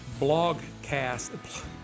Blogcast